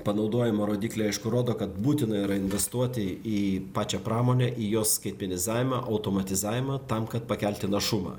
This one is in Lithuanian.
panaudojimo rodikliai aišku rodo kad būtina yra investuoti į pačią pramonę į jos skaitmenizavimą automatizavimą tam kad pakelti našumą